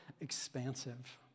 expansive